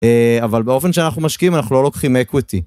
אבל באופן שאנחנו משקיעים אנחנו לא לוקחים אקוויטי.